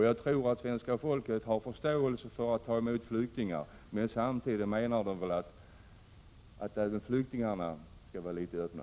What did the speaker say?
Jag tror att svenska folket har förståelse för att vi tar emot flyktingar, men samtidigt anser man att även flyktingarna skall vara litet öppna.